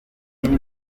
queen